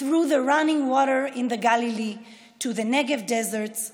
דרך המים הזורמים בגליל ועד מדבריות הנגב,